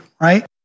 right